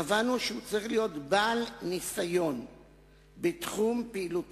קבענו שהוא צריך להיות בעל ניסיון בתחום פעילות